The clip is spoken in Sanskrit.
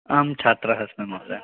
अहं छात्रः अस्मि महोदय